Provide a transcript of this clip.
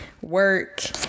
work